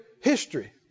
history